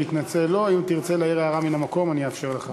אם תרצה להעיר הערה מהמקום אני אאפשר לך.